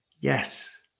Yes